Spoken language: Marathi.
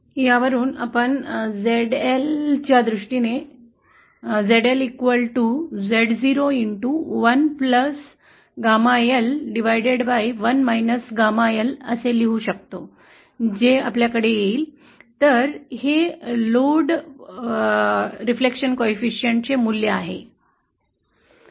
येथून आपण ZL च्या दृष्टीने gamma L शोधू इच्छित असल्यास हे लिहू शकतो जे आपल्याकडे येईल तर हे लोड प्रतिबिंब गुणकाचे मूल्य आहे